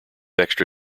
extra